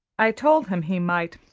i told him he might,